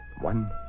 One